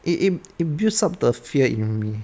it it it builds up the fear in me